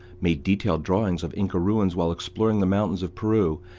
made detailed drawings of inca ruins while exploring the mountains of peru,